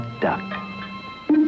duck